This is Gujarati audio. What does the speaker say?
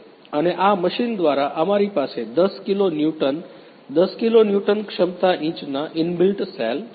અને આ મશીન દ્વારા અમારી પાસે 10 કિલો ન્યૂટન 10 કિલો ન્યુટન ક્ષમતા ઇંચના ઇનબિલ્ટ સેલ છે